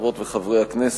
חברות וחברי הכנסת,